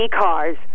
cars